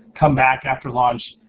come back after lunch,